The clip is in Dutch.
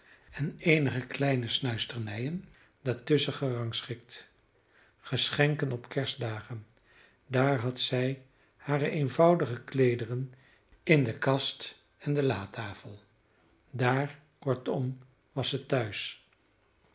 en eenige kleine snuisterijen daartusschen gerangschikt geschenken op kerstdagen daar had zij hare eenvoudige kleederen in de kast en de latafel daar kortom was ze tehuis